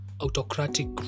autocratic